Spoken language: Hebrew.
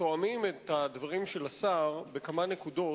תואמים את הדברים של השר בכמה נקודות.